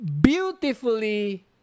beautifully